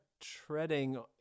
treading